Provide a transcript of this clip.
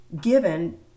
given